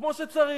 כמו שצריך.